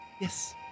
yes